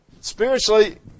Spiritually